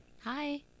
Hi